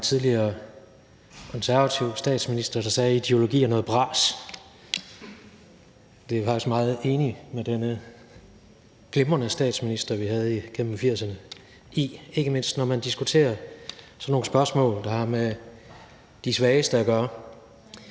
Der var en tidligere konservativ statsminister, der sagde: Ideologi er noget bras. Det er jeg faktisk meget enig med denne glimrende statsminister, vi havde igennem 1980'erne, i – ikke mindst når man diskuterer sådan nogle spørgsmål, der har med de svageste at gøre.